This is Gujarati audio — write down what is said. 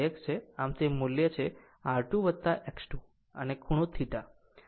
આમ તે મુલ્ય છે R2 X2 અને ખૂણો θ